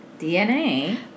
DNA